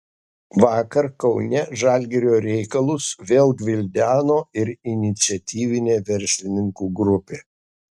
vakar kaune žalgirio reikalus vėl gvildeno ir iniciatyvinė verslininkų grupė